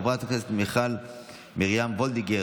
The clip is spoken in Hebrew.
חברת הכנסת מיכל מרים וולדיגר,